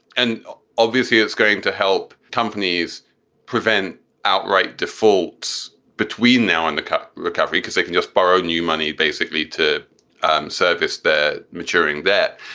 and obviously, it's going to help companies prevent outright defaults between now and the recovery, because they can just borrow new money basically to service their maturing that.